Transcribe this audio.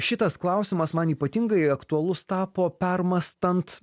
šitas klausimas man ypatingai aktualus tapo permąstant